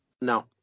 No